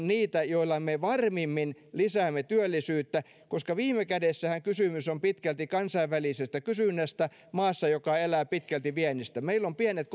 niitä joilla me varmimmin lisäämme työllisyyttä koska viime kädessähän kysymys on pitkälti kansainvälisestä kysynnästä maassa joka elää pitkälti viennistä meillä on pienet